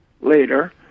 later